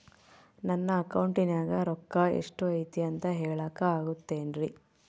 ನನ್ನ ಅಕೌಂಟಿನ್ಯಾಗ ರೊಕ್ಕ ಎಷ್ಟು ಐತಿ ಅಂತ ಹೇಳಕ ಆಗುತ್ತೆನ್ರಿ?